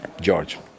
George